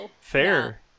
Fair